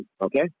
okay